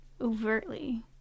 overtly